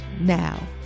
now